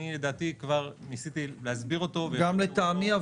לדעתי כבר ניסיתי להסביר -- גם לטעמי,